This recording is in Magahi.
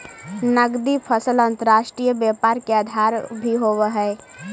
नगदी फसल अंतर्राष्ट्रीय व्यापार के आधार भी होवऽ हइ